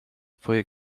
twoje